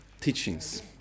teachings